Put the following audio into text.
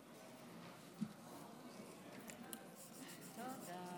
בת מיכאל-יחיאל ושושנה,